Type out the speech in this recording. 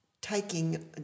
taking